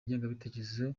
ingengabitekerezo